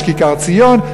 יש כיכר-ציון,